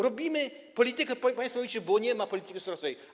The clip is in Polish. Robimy politykę, państwo mówicie, bo nie ma polityki surowcowej.